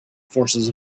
forces